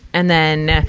and then,